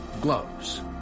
gloves